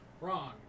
wrong